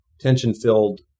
Tension-filled